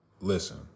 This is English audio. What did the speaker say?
Listen